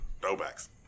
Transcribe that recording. Throwbacks